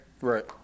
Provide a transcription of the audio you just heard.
Right